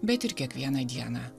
bet ir kiekvieną dieną